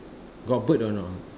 got bird or not